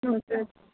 हजुर